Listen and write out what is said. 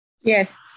Yes